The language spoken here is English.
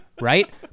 right